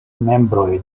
membroj